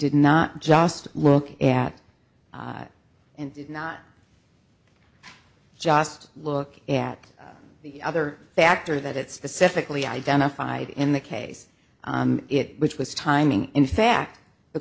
did not just look at and not just look at the other factor that it specifically identified in that case it which was timing in fact the